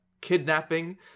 kidnapping